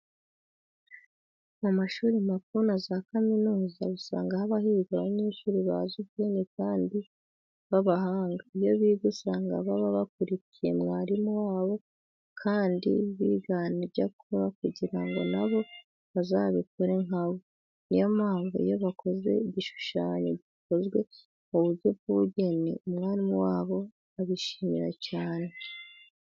Mu mashuri makuru na za kaminuza usanga haba higa abanyeshuri bazi ubwenge kandi b'abahanga iyo biga usanga baba bakurikiye mwarimu wabo kandi bigana ibyo akora kugira ngo na bo bazabikore nka we. Niyo mpamvu iyo bakoze igishushanyo gikozwe mu buryo bw'ubugeni, umwarimu wabo abishimira cyane.